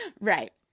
Right